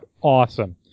Awesome